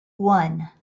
one